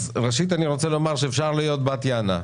ראשית אני רוצה לומר שאפשר להיות בת יענה,